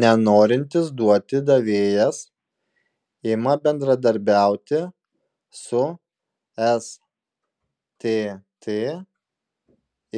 nenorintis duoti davėjas ima bendradarbiauti su stt